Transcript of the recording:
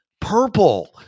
purple